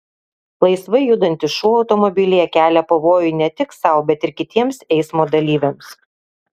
laisvai judantis šuo automobilyje kelia pavojų ne tik sau bet ir kitiems eismo dalyviams